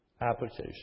Application